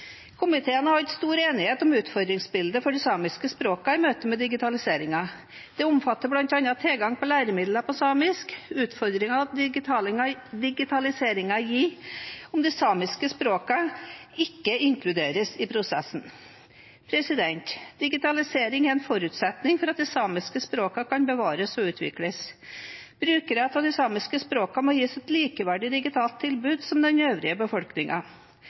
Komiteen har hatt stor enighet om utfordringsbildet for de samiske språkene i møte med digitaliseringen. Det omfatter bl.a. tilgang på læremidler på samisk og utfordringene digitaliseringen kan gi om de samiske språkene ikke inkluderes i prosessen. Digitalisering er en forutsetning for at de samiske språkene kan bevares og utvikles, og brukere av de samiske språkene må gis et digitalt tilbud som er likeverdig med det den øvrige